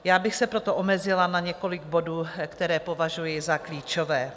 Já bych se proto omezila na několik bodů, které považuji za klíčové.